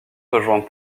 rejoint